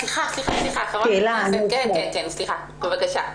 סלימאן, בבקשה.